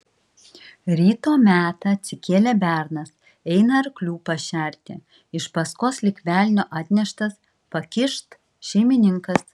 ryto metą atsikėlė bernas eina arklių pašerti iš paskos lyg velnio atneštas pakyšt šeimininkas